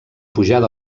pujada